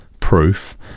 Proof